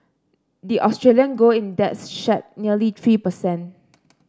the Australian gold index shed nearly three per cent